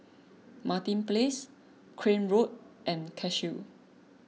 Martin Place Crane Road and Cashew